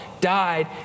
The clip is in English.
died